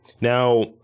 Now